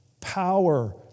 power